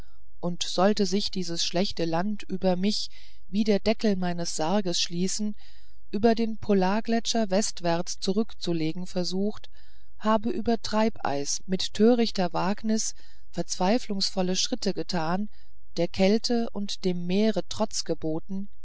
und sollte sich dieses schlechte land über mich wie der deckel meines sarges schließen über den polargletscher westwärts zurück zu legen versucht habe über treibeis mit törichter wagnis verzweiflungsvolle schritte getan der kälte und dem meere trotz geboten